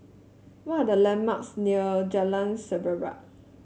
what are the landmarks near Jalan Semerbak